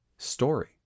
Story